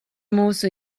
mūsu